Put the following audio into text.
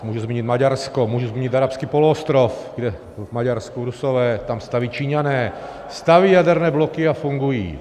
Můžu zmínit Maďarsko, můžu zmínit Arabský poloostrov, kde v Maďarsku Rusové, tam staví Číňané, staví jaderné bloky a fungují.